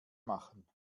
machen